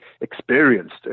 experienced